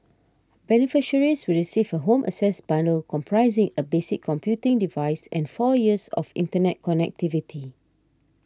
beneficiaries will receive a Home Access bundle comprising a basic computing device and four years of internet connectivity